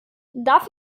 darf